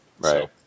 right